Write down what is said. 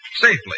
safely